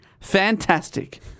Fantastic